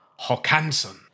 Hokanson